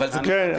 אבל זה דו-שנתי.